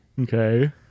Okay